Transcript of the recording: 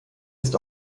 ist